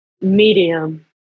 medium